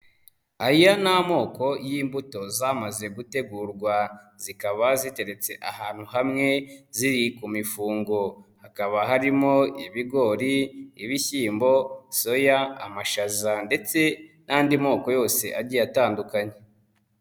Aya ni amoko y'imbuto zamaze gutegurwa, zikaba ziteretse ahantu hamwe ziri ku mifungo, hakaba harimo ibigori, ibishyimbo soya, amashaza ndetse n'andi moko yose agiye atandukanye.